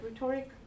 Rhetoric